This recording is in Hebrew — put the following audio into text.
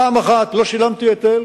פעם אחת לא שילמתי היטל.